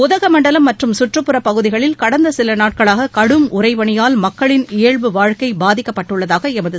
உதகமண்டலம் மற்றும் சுற்றுப்புறப்பகுதிகளில் கடந்த சில நாட்களாக கடும் உறைபனியால் மக்களின் இயல்பு வாழ்க்கை பாதிக்கப்பட்டுள்ளது